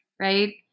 right